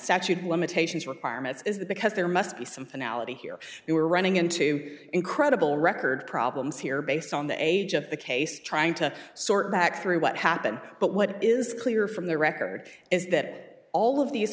statute of limitations requirements is that because there must be some finality here you are running into incredible record problems here based on the age of the case trying to sort back through what happened but what is clear from the record is that all of these